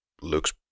looks